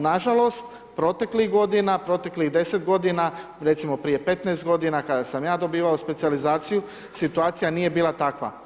Nažalost, proteklih godina, proteklih 10 godina, recimo prije 15 godina kada sam ja dobivao specijalizaciju situacija nije bila takva.